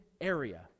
area